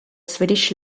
swedish